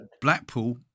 Blackpool